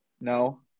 No